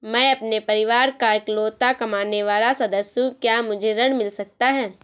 मैं अपने परिवार का इकलौता कमाने वाला सदस्य हूँ क्या मुझे ऋण मिल सकता है?